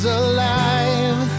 alive